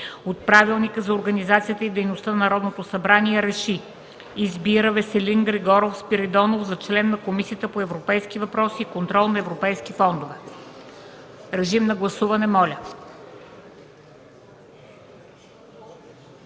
от Правилника за организацията и дейността на Народното събрание РЕШИ: Избира Веселин Григоров Спиридонов за член на Комисията по европейските въпроси и контрол на европейските фондове.” Моля, гласувайте.